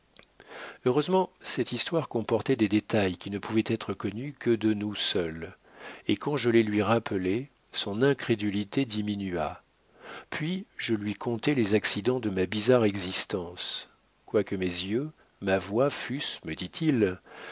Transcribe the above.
heureusement cette histoire comportait les détails qui ne pouvaient être connus que de nous seuls et quand je les lui rappelai son incrédulité diminua puis je lui contai les accidents de ma bizarre existence quoique mes yeux ma voix fussent me dit-il